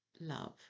love